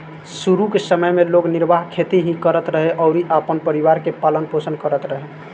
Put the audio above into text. शुरू के समय में लोग निर्वाह खेती ही करत रहे अउरी अपना परिवार के पालन पोषण करत रहले